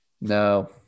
No